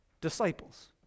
disciples